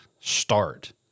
start